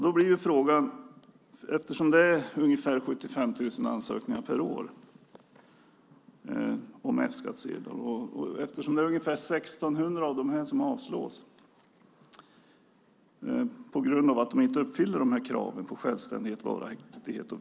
Det görs ungefär 75 000 ansökningar om F-skattsedel per år. Ungefär 1 600 av dessa avslås. De absolut flesta avslagen beror på att den sökande har skatteskulder.